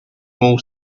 mall